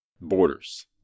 borders